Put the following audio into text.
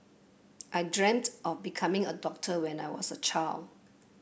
I dreamt of becoming a doctor when I was child